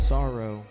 Sorrow